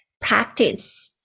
practice